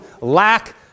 lack